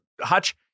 Hutch